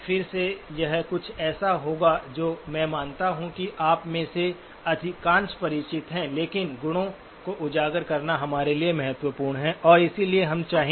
फिर से यह कुछ ऐसा होगा जो मैं मानता हूं कि आप में से अधिकांश परिचित हैं लेकिन गुणों को उजागर करना हमारे लिए महत्वपूर्ण है और इसलिए हम चाहेंगे